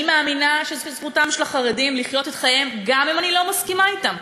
אני מאמינה שזכותם של החרדים לחיות את חייהם גם אם אני לא מסכימה אתם.